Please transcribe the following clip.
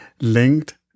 Linked